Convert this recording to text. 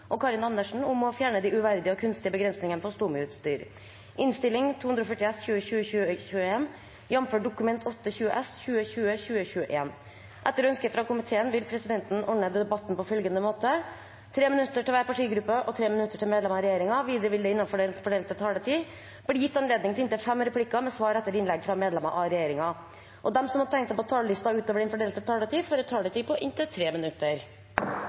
minutter til hver partigruppe og 3 minutter til medlemmer av regjeringen. Videre vil det – innenfor den fordelte taletid – bli gitt anledning til inntil fem replikker med svar etter innlegg fra medlemmer av regjeringen, og de som måtte tegne seg på talerlisten utover den fordelte taletid, får en taletid på inntil 3 minutter.